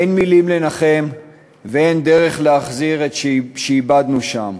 אין מילים לנחם ואין דרך להחזיר את אשר איבדנו שם,